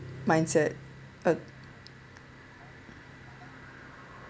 mindset uh